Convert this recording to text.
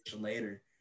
later